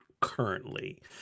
currently